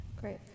Great